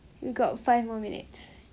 you got five more minutes